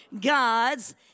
God's